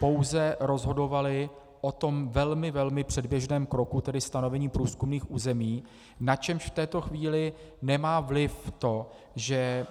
pouze rozhodovali o tom velmi, velmi předběžném kroku, tedy stanovení průzkumných území, na což v této chvíli nemá vliv to, že